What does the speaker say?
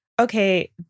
okay